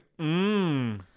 Mmm